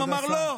הוא אמר: לא.